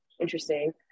interesting